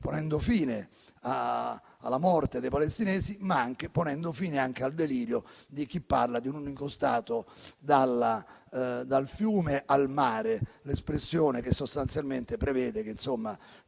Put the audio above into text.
ponendo fine alla morte dei palestinesi e anche, però, al delirio di chi parla di un unico Stato dal fiume al mare, l'espressione che sostanzialmente prevede che